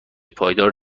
پایدار